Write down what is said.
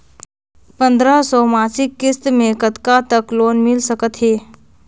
पंद्रह सौ मासिक किस्त मे कतका तक लोन मिल सकत हे?